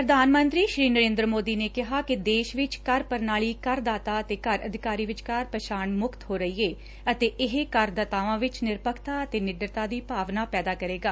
ਪ੍ਰਧਾਨ ਮੰਤਰੀ ਨਰੇਂਦਰ ਮੋਦੀ ਨੇ ਕਿਹਾ ਕਿ ਦੇਸ਼ ਵਿਚ ਕਰ ਪ੍ਰਣਾਲੀ ਕਰਦਾਤਾ ਅਤੇ ਕਰ ਅਧਿਕਾਰੀ ਵਿਚਕਾਰ ਪਛਾਣ ਮੁਕਤ ਹੋ ਰਹੀ ਏ ਅਤੇ ਇਹ ਕਰਦਾਤਾਵਾਂ ਵਿਚ ਨਿਰਪੱਖਤਾ ਅਤੇ ਨਿਡਰਤਾ ਦੀ ਭਾਵਨਾ ਪੈਦਾ ਕਰੇਗਾ